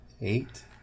eight